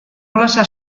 jolasa